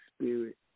Spirit